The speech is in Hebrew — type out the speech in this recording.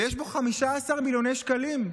ויש בו 15 מיליוני שקלים.